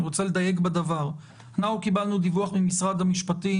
אני רוצה לדייק בדבר: אנחנו קיבלנו דיווח ממשרד המשפטים,